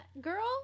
Girl